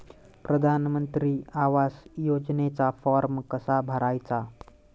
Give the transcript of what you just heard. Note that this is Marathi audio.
प्रधानमंत्री आवास योजनेचा फॉर्म कसा भरायचा?